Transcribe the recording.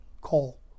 coal